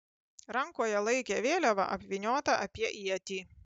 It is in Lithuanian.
rankoje laikė vėliavą apvyniotą apie ietį